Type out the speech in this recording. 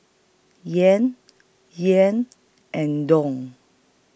Yen Yen and Dong